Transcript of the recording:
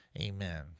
Amen